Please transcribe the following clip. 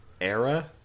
era